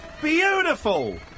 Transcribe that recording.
Beautiful